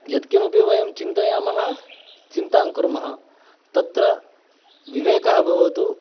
यत्किमपि वयं चिन्तयामः चिन्तां कुर्मः तत्र विवेकः भवतु